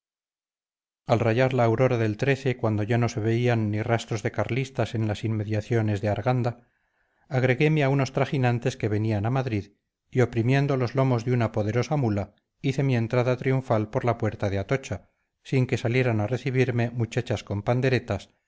al rayar la aurora del cuando ya no se veían ni rastros de carlistas en las inmediaciones de arganda agregueme a unos trajinantes que venían a madrid y oprimiendo los lomos de una poderosa mula hice mi entrada triunfal por la puerta de atocha sin que salieran a recibirme muchachas con panderetas